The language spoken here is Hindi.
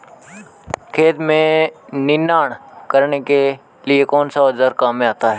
खेत में निनाण करने के लिए कौनसा औज़ार काम में आता है?